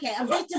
okay